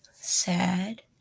sad